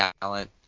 talent